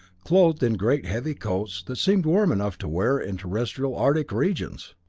clothed in great heavy coats that seemed warm enough to wear in terrestrial arctic regions!